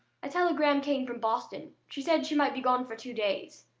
a telegram came from boston she said she might be gone for two days.